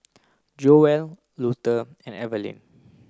Joel Luther and Evalyn